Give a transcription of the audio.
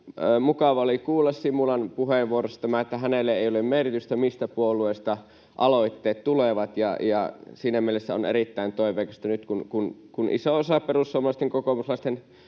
mukavaa oli kuulla Simulan puheenvuorossa, että hänelle ei ole merkitystä, mistä puolueesta aloitteet tulevat, ja siinä mielessä on erittäin toiveikasta nyt, kun iso osa perussuomalaisten, kokoomuslaisten,